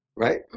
Right